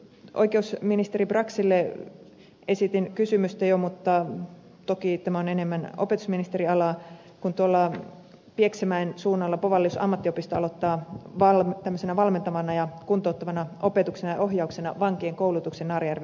oikeusministeri braxille esitin kysymyksen jo mutta toki tämä on enemmän opetusministerin alaa kun tuolla pieksämäen suunnalla bovallius ammattiopisto aloittaa valmentavana ja kuntouttavana opetuksena ja ohjauksena vankien koulutuksen naarajärven vankilassa